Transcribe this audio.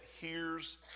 hears